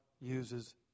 uses